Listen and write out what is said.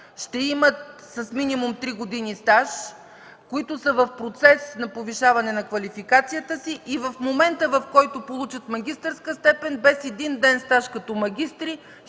ще имат минимум три години стаж и които са в процес на повишаване на квалификацията си и в момента, в който получат магистърска степен, без един ден стаж като магистри,